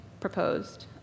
proposed